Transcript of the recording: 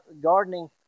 gardening